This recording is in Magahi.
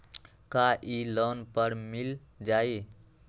का इ लोन पर मिल जाइ?